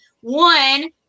one